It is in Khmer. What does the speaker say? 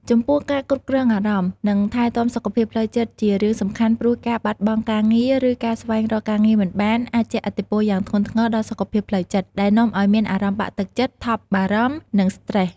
ចំពោះការគ្រប់គ្រងអារម្មណ៍ និងថែទាំសុខភាពផ្លូវចិត្តជារឿងសំខាន់ព្រោះការបាត់បង់ការងារ ឬការស្វែងរកការងារមិនបាន អាចជះឥទ្ធិពលយ៉ាងធ្ងន់ធ្ងរដល់សុខភាពផ្លូវចិត្ត ដែលនាំឱ្យមានអារម្មណ៍បាក់ទឹកចិត្ត ថប់បារម្ភ និងស្ត្រេស។